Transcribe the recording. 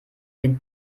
den